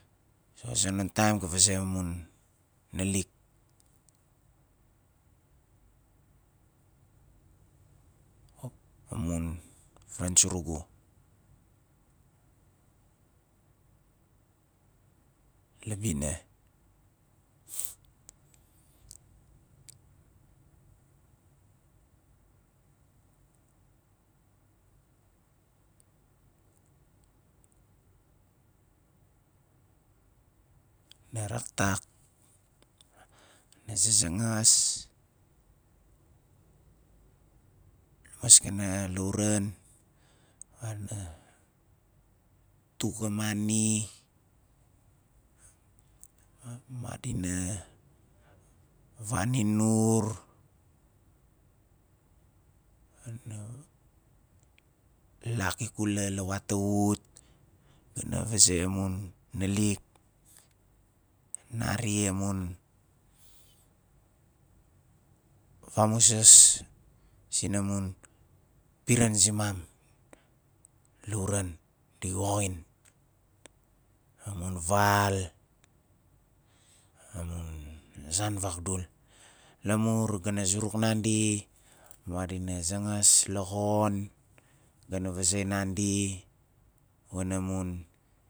A zonon taim ga vazei amun nalik amun friends surugu la bina raktak ga zazangas la maskana lauran tuk a mani madina vani nur madina lak ikula la wata wut ga na vazei amun nalik "nari amun famuzas sinamun piran zimam" lauran di woxin amun val amun zan vagdul lamur ga na zuruk nandi madina zangas la xon ga na vaze nandi wana mun